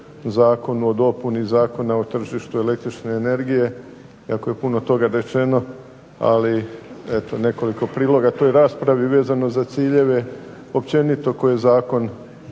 zakonu o dopuni Zakona o tržištu električne energije, iako je puno toga rečeno, ali nekoliko priloga toj raspravi vezano za ciljeve općenito koje zakon